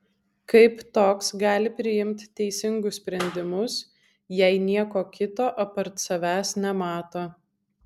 kaip toks gali priimt teisingus sprendimus jei nieko kito apart savęs nemato